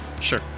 Sure